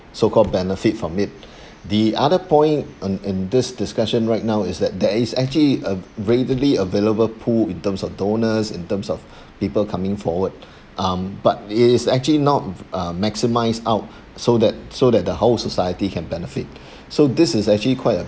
so-called benefit from it the other point in in this discussion right now is that there is actually a readily available pool in terms of donors in terms of people coming forward um but it is actually not uh maximised out so that so that the whole society can benefit so this is actually quite a